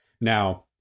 Now